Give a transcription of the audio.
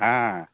हँ